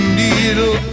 needle